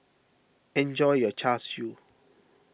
enjoy your Char Siu